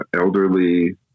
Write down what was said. elderly